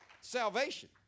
salvation